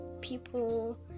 people